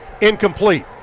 incomplete